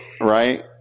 right